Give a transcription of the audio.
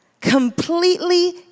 completely